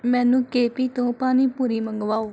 ਮੈਨੂੰ K P ਤੋਂ ਪਾਣੀਪੁਰੀ ਮੰਗਵਾਓ